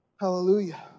Hallelujah